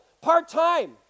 Part-time